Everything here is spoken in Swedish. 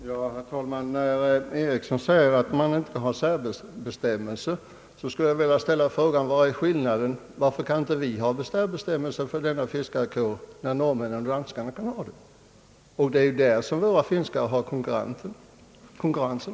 Herr talman! När herr Ericsson säger att man inte kan ha särbestämmelser skulle jag vilja ställa frågan: Varför kan inte vi ha särbestämmelser för denna fiskarkår när norrmän och danskar kan ha det? Det är ju från dem konkurrensen kommer.